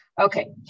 Okay